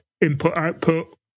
input-output